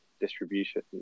distribution